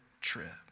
trip